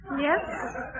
Yes